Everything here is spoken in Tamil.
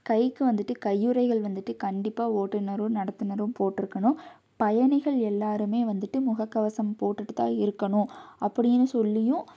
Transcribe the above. கைக்கு வந்துட்டு கையுறைகள் வந்துட்டு கண்டிப்பாக ஓட்டுநரும் நடத்துநரும் போட்டிருக்கணும் பயணிகள் எல்லாருமே வந்துட்டு முகக்கவசம் போட்டுட்டு தான் இருக்கணும் அப்படின்னு சொல்லியும்